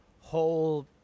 whole